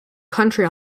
country